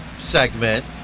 segment